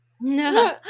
no